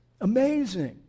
Amazing